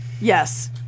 Yes